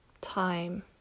time